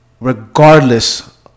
regardless